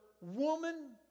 Woman